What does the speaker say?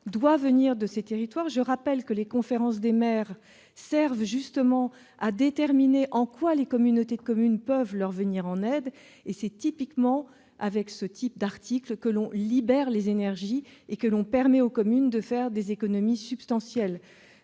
doit venir des territoires. Je rappelle que les conférences des maires servent justement à déterminer en quoi les communautés de communes peuvent leur venir en aide. C'est typiquement grâce à ce type d'article qu'on libère les énergies et que l'on permet aux communes de faire des économies substantielles.